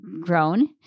grown